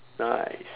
nice